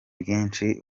bwinshi